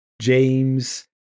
James